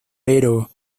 pero